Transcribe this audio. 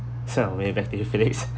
so move it back to you felix